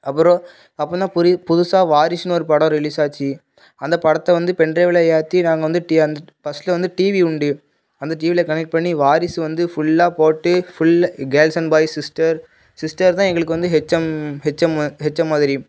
அப்புறம் அப்போ தான் புதுசாக வாரிசுனு ஒரு படம் ரிலிஸ் ஆச்சு அந்த படத்தை வந்து பென்ட்ரைவில் ஏற்றி நாங்கள் வந்து அந்த பஸ்ஸில் வந்து டிவி உண்டு அந்த டிவியில் கனெக்ட் பண்ணி வாரிசு வந்து ஃபுல்லாக போட்டு full girls and boys sister sister தான் எங்களுக்கு வந்து ஹெச்எம் ஹெச்எம்மு ஹெச்எம் மாதிரி